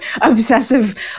obsessive